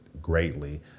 greatly